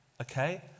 okay